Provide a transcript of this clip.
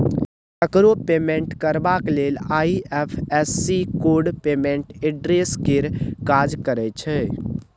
ककरो पेमेंट करबाक लेल आइ.एफ.एस.सी कोड पेमेंट एड्रेस केर काज करय छै